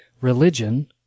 religion